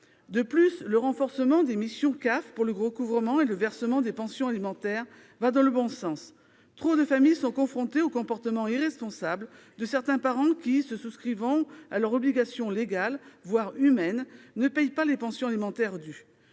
des caisses d'allocations familiales pour le recouvrement et le versement des pensions alimentaires va dans le bon sens. Trop de familles sont confrontées au comportement irresponsable de certains parents qui, se soustrayant à leurs obligations légales, voire humaines, ne paient pas les pensions alimentaires dues.